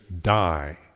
die